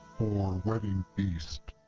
for wedding feast!